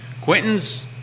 Quentin's